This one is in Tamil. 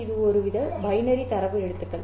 இது ஒருவித பைனரி தரவு எழுத்துக்கள்